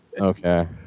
Okay